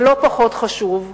לא פחות חשוב,